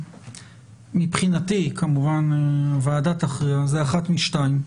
מבחינתי הוועדה תכריע אחת משתיים: